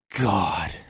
God